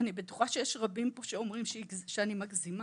אני בטוחה שיש רבים פה שאומרים שאני מגזימה,